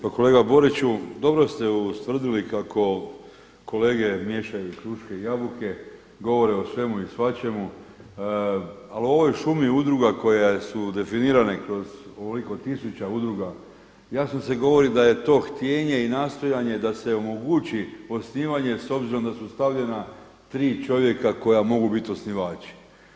Pa kolega Boriću, dobro ste ustvrdili kako kolege miješaju kruške i jabuke, govore o svemu i svačemu, ali u ovoj šumi udruga koje su definirane kroz ovoliko tisuća udruga jasno se govori da je to htijenje i nastojanje da se omogući osnivanje s obzirom da su stavljena tri čovjeka koja mogu biti osnivači.